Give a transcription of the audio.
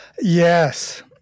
Yes